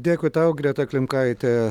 dėkui tau greta klimkaitė